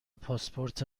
پاسپورت